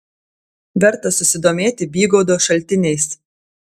verta susidomėti bygaudo šaltiniais